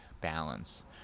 balance